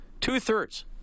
Two-thirds